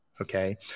okay